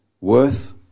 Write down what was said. Worth